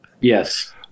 Yes